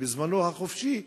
בזמנו החופשי,